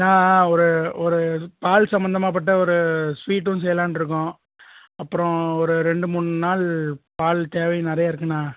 ஏன்னால் ஒரு ஒரு பால் சம்பந்தமாப்பட்ட ஒரு ஸ்வீட்டும் செய்யலாம்னு இருக்கோம் அப்புறம் ஒரு ரெண்டு மூணு நாள் பால் தேவை நிறையா இருக்குதுண்ணா